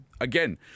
again